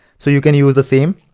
so you can use the same.